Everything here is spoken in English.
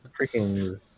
Freaking